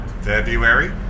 February